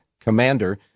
Commander